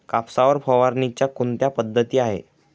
कापसावर फवारणीच्या कोणत्या पद्धती आहेत?